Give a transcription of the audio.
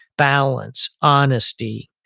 balance, honesty,